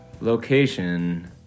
Location